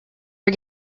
are